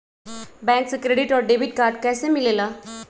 Bank से credit और debit card कैसी मिलेला?